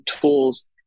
tools